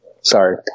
Sorry